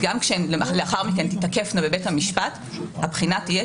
גם כשהם לאחר מכן תתקפנה בבית המשפט הבחינה תהיה